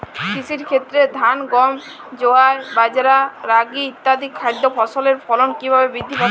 কৃষির ক্ষেত্রে ধান গম জোয়ার বাজরা রাগি ইত্যাদি খাদ্য ফসলের ফলন কীভাবে বৃদ্ধি পাবে?